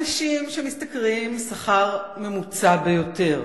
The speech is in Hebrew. אנשים שמשתכרים שכר ממוצע ביותר,